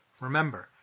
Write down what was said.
Remember